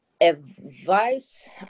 Advice